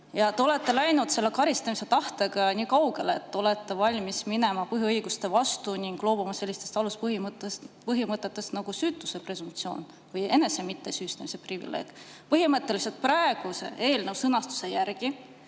Te olete läinud karistamistahtega nii kaugele, et olete valmis minema põhiõiguste vastu ning loobuma sellistest aluspõhimõtetest nagu süütuse presumptsioon ja enese mittesüüstamise privileeg. Põhimõtteliselt näeb praeguse eelnõu sõnastuse järgi